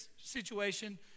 situation